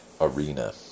Arena